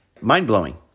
Mind-blowing